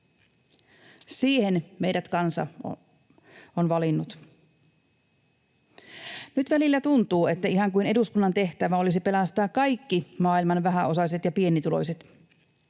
Siihen meidät kansa on valinnut. Nyt välillä tuntuu, että ihan kuin eduskunnan tehtävä olisi pelastaa kaikki maailman vähäosaiset ja pienituloiset.